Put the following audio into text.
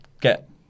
get